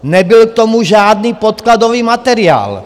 Nebyl k tomu žádný podkladový materiál.